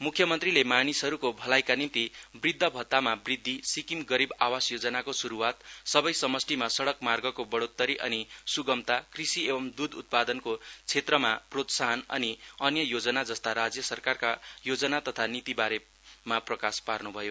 मुख्यमन्त्रीले मानिसहरूको भलाईका निम्ति वृद्द भत्तामा वृध्दि सिक्किम गरीब आवास योजनाको शुरूवात सबै समष्ठिमा सड़क मार्गको बढ़ोतरी अनि सुगमता कृषि एंव दूध उत्पादनको क्षेत्रमा प्रोत्साहन राशि अनि अन्य योजना जस्ता राज्य सरकारका योजना तथा नितीबारेमा प्रकाश पार्नुभयो